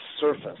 surface